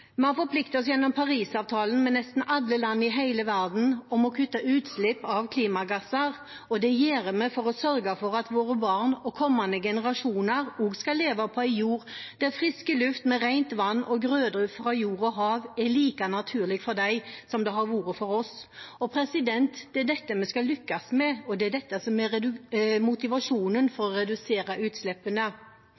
Vi har forpliktet oss gjennom Parisavtalen med nesten alle land i hele verden til å kutte utslipp av klimagasser, og det gjør vi for å sørge for at våre barn og kommende generasjoner også skal leve på en jord der frisk luft, rent vann og grøde fra jord og hav er like naturlig for dem som det har vært for oss. Det er dette vi skal lykkes med, og det er dette som er motivasjonen for